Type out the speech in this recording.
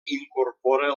incorpora